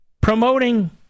promoting